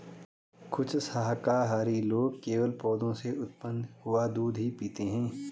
कुछ शाकाहारी लोग केवल पौधों से उत्पन्न हुआ दूध ही पीते हैं